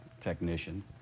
technician